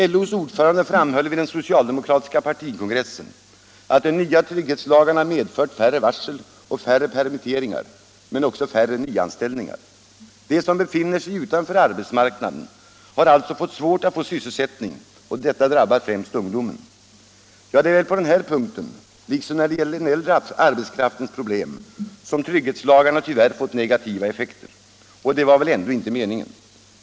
LO:s ordförande framhöll vid den socialdemokratiska partikongressen, att de nya trygghetslagarna medfört färre varsel och färre permitteringar men också färre nyanställningar. De som befinner sig utanför arbetsmarknaden har alltså svårt att få sysselsättning, och detta drabbar främst ungdomen. Ja, det är väl på den här punkten — liksom när det gäller den äldre arbetskraftens problem — som trygghetslagarna tyvärr fått negativa effekter, och det var väl ändå inte meningen!